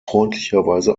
freundlicherweise